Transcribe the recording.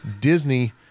Disney